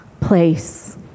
place